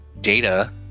data